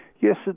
Yes